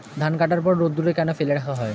ধান কাটার পর রোদ্দুরে কেন ফেলে রাখা হয়?